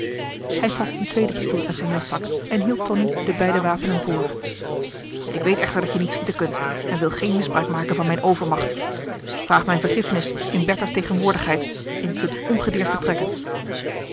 hij trok een tweede pistool uit zijn jaszak en hield tonie de beide wapenen voor ik weet echter dat je niet schieten kunt en wil geen misbruik maken van mijn overmacht vraag mij vergiffenis in bertha's tegenwoordigheid en je kunt ongedeerd vertrekken